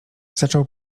zaczął